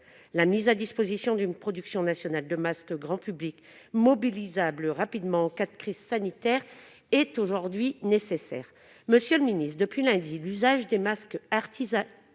La mise à disposition d'une production nationale de masques grand public mobilisables rapidement en cas de crise sanitaire est aujourd'hui nécessaire. Monsieur le ministre, depuis lundi, l'usage des masques artisanaux